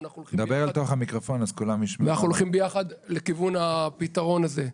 ואנחנו הולכים ביחד לכיוון הפתרון הזה.